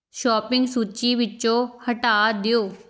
shopping ਸੂਚੀ ਵਿੱਚੋਂ ਹਟਾ ਦਿਓ